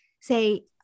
say